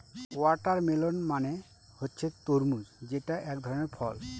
watermelon মানে হচ্ছে তরমুজ যেটা এক ধরনের ফল